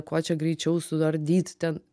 kuo čia greičiau suardyti ten